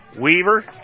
Weaver